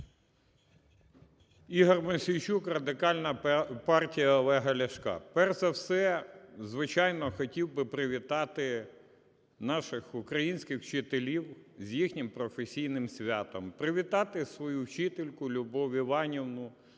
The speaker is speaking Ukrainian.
Ігор Мосійчук, Радикальна партія Олега Ляшка. Перш за все, звичайно, хотів би привітати наших українських вчителів з їхнім професійним святом. Привітати свою вчительку Любов Іванівну